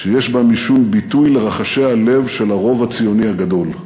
שיש בה משום ביטוי לרחשי הלב של הרוב הציוני הגדול.